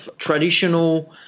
traditional